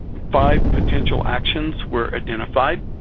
five potential actions were identified.